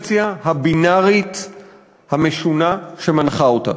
מהקונספציה הבינארית המשונה שמנחה אותה.